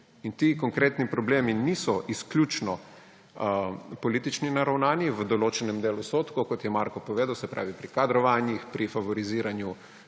in ti konkretni problemi niso izključno politično naravnani; v določenem delu so, tako kot je Marko povedal – se pravi pri kadrovanjih, pri favoriziranju